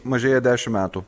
mažėja dešim metų